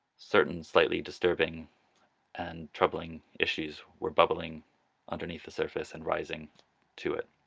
certain slightly disturbing and troubling issues were bubbling underneath the surface and rising to it.